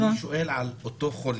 אני שואל על אותו חולה.